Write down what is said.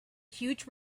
huge